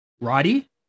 Roddy